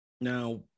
now